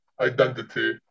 identity